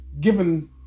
given